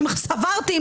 אם סברתי,